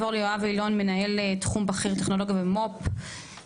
מנהל תחום בכיר טכנולוגיה ומו"פ.